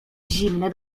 zimne